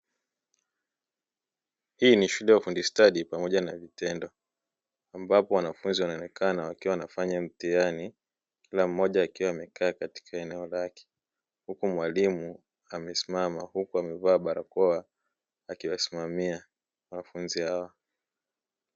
Hii ni shule ya ufundi stadi pamoja na vitendo ambapo wanafunzi wanaonekana wakiwa wanafanya mitihani kila mmoja akiwa katika eneo lake, huku mwalimu amesimama huku amevaa barakoa akiwasimamia wanafunzi hqwa.